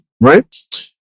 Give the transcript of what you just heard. Right